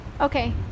Okay